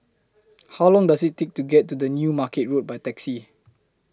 How Long Does IT Take to get to The New Market Road By Taxi